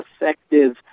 effective